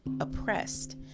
oppressed